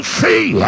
see